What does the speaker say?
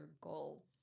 goal